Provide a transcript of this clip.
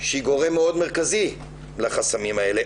שהיא גורם מאוד מרכזי לחסמים האלה.